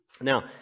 Now